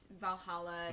Valhalla